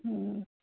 हूँ